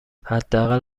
حداقل